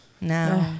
No